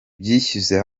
byishyize